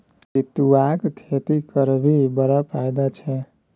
सितुआक खेती करभी बड़ फायदा छै